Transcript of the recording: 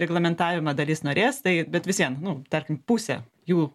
reglamentavimą dalis norės tai bet vis vien nu tarkim pusė jų